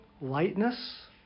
lightness